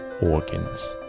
organs